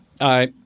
Aye